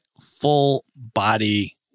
full-body